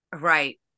Right